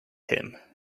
him